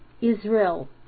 Israel